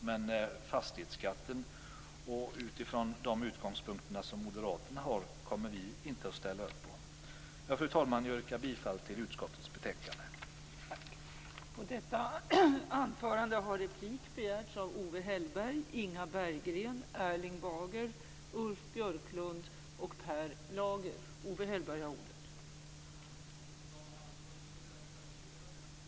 Men ett avskaffande av fastighetsskatten utifrån de utgångspunkter Moderaterna har kommer vi inte att ställa upp på. Fru talman! Jag yrkar bifall till utskottets hemställan i betänkandet.